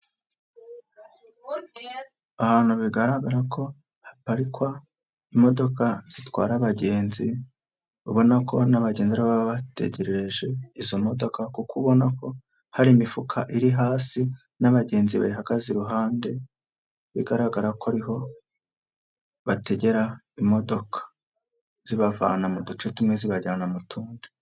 Ahantu bigaragara ko haparikwa imodoka zitwara abagenzi, ubona ko n'abagenzi ariho baba bategerereje izo modoka kuko ubona ko hari imifuka iri hasi n'abagenzi bayihagaze iruhande, bigaragara ko ariho bategera imodoka; zibavana mu duce tumwe zibajyana mu tundi.